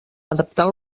adaptant